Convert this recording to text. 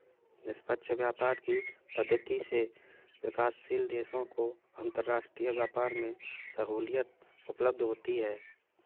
निष्पक्ष व्यापार की पद्धति से विकासशील देशों को अंतरराष्ट्रीय व्यापार में सहूलियत उपलब्ध होती है